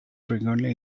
frequently